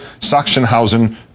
Sachsenhausen